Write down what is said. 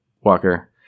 Walker